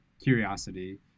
curiosity